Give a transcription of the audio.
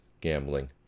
gambling